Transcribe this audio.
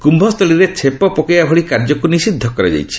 କୁୟ ସ୍ଥଳୀରେ ଛେପ ପକାଇବା ଭଳି କାର୍ଯ୍ୟକୁ ନିଷିଦ୍ଧ କରାଯାଇଛି